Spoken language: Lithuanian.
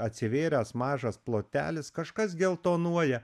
atsivėręs mažas plotelis kažkas geltonuoja